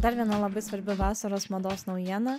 dar viena labai svarbi vasaros mados naujiena